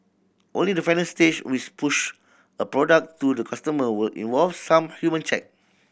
only the final stage which push a product to the customer will involve some human check